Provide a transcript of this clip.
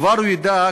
כבר הוא ידע,